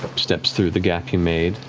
steps through the gap you made.